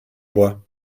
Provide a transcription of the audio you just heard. bois